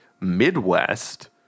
Midwest